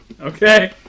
Okay